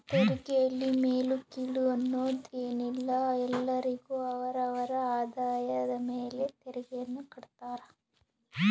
ತೆರಿಗೆಯಲ್ಲಿ ಮೇಲು ಕೀಳು ಅನ್ನೋದ್ ಏನಿಲ್ಲ ಎಲ್ಲರಿಗು ಅವರ ಅವರ ಆದಾಯದ ಮೇಲೆ ತೆರಿಗೆಯನ್ನ ಕಡ್ತಾರ